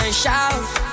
shout